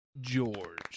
George